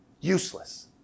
Useless